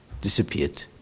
disappeared